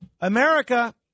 America